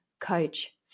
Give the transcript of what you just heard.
coach